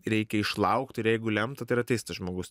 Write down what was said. reikia išlaukt ir jeigu lemta tai ir ateis tas žmogus